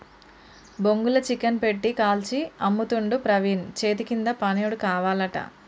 బొంగుల చికెన్ పెట్టి కాల్చి అమ్ముతుండు ప్రవీణు చేతికింద పనోడు కావాలట